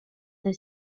the